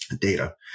data